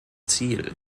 ziel